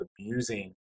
abusing